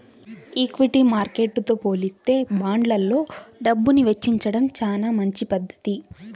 equity మార్కెట్టుతో పోలిత్తే బాండ్లల్లో డబ్బుని వెచ్చించడం చానా మంచి పధ్ధతి